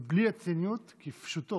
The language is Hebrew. כפשוטו,